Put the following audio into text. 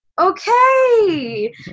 okay